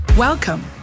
Welcome